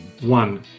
One